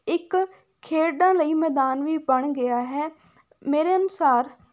ਇੱਕ ਖੇਡਾਂ ਲਈ ਮੈਦਾਨ ਵੀ ਬਣ ਗਿਆ ਹੈ ਮੇਰੇ ਅਨੁਸਾਰ